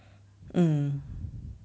mm